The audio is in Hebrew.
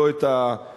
לא את התוספות,